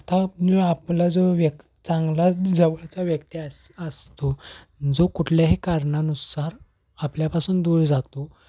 आता आपला जो व्यक्ती चांगला जवळचा व्यक्ती असा असतो जो कुठल्याही कारणानुसार आपल्यापासून दूर जातो